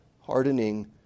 hardening